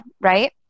right